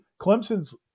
Clemson's